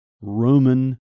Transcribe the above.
Roman